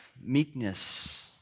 meekness